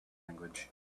language